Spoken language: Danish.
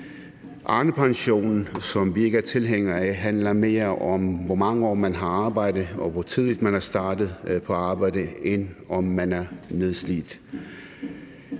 Arnepensionen, som vi ikke er tilhængere af, handler mere om, hvor mange år man har arbejdet, og hvor tidligt man er startet på at arbejde, end om man er nedslidt.